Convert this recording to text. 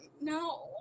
no